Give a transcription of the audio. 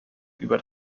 über